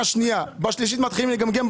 בשלישית מתחילים לגמגם,